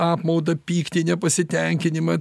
apmaudą pyktį nepasitenkinimą